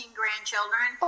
grandchildren